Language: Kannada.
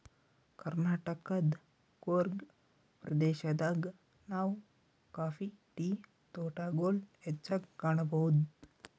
ಕರ್ನಾಟಕದ್ ಕೂರ್ಗ್ ಪ್ರದೇಶದಾಗ್ ನಾವ್ ಕಾಫಿ ಟೀ ತೋಟಗೊಳ್ ಹೆಚ್ಚಾಗ್ ಕಾಣಬಹುದ್